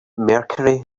mercury